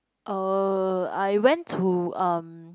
uh I went to um